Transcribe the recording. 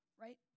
right